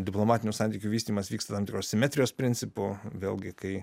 diplomatinių santykių vystymas vyksta tam tikru simetrijos principu vėlgi kai